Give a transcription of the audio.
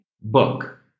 book